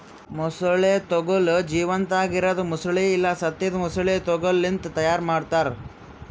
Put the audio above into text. ಮೊಸಳೆ ತೊಗೋಲ್ ಜೀವಂತಾಗಿ ಇರದ್ ಮೊಸಳೆ ಇಲ್ಲಾ ಸತ್ತಿದ್ ಮೊಸಳೆ ತೊಗೋಲ್ ಲಿಂತ್ ತೈಯಾರ್ ಮಾಡ್ತಾರ